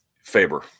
Faber